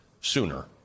sooner